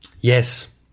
Yes